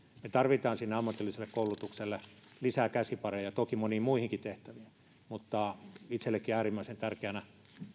me tarvitsemme sinne ammatilliseen koulutukseen lisää käsipareja toki moniin muihinkin tehtäviin mutta itsellenikin äärimmäisen tärkeänä